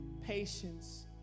patience